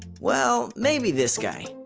well, maybe this guy.